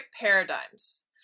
paradigms